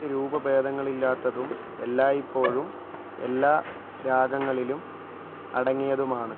ഇത് രൂപഭേദങ്ങളില്ലാത്തതും എല്ലായ്പ്പോഴും എല്ലാ രാഗങ്ങളിലും അടങ്ങിയതുമാണ്